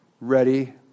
ready